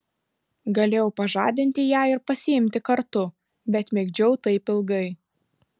galėjau pažadinti ją ir pasiimti kartu bet migdžiau taip ilgai